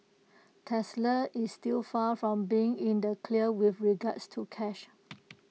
Tesla is still far from being in the clear with regards to cash